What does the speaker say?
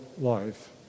life